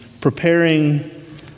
preparing